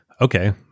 Okay